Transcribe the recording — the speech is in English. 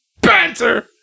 banter